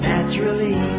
Naturally